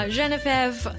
Genevieve